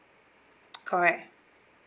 correct